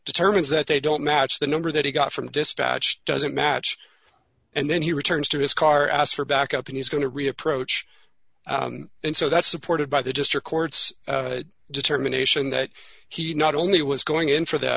determines that they don't match the number that he got from dispatch doesn't match and then he returns to his car ask for backup and he's going to reapproach and so that's supported by the district courts determination that he not only was going in for th